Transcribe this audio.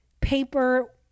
paper